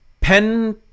pen